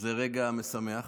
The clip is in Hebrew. זה רגע משמח.